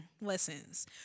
lessons